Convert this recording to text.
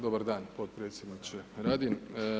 Dobar dan potpredsjedniče Radin.